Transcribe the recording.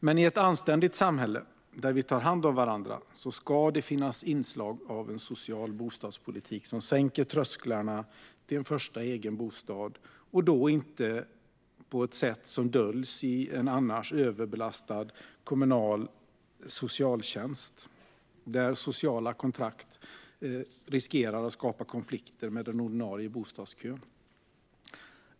Men i ett anständigt samhälle där vi tar hand om varandra ska det finnas inslag av en social bostadspolitik som sänker trösklarna till en första egen bostad - och då inte på ett sätt som döljs i en överbelastad kommunal socialtjänst där sociala kontrakt riskerar att skapa konflikter med den ordinarie bostadskön.